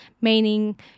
meaning